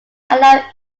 allowed